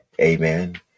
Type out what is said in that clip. amen